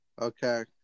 Okay